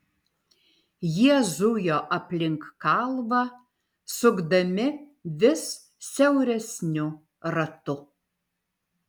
jie zujo aplink kalvą sukdami vis siauresniu ratu